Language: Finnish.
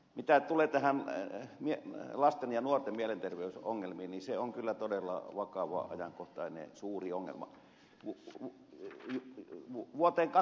mitä tulee lasten ja nuorten mielenterveysongelmiin se on kyllä todella vakava ajankohtainen suuri ongelma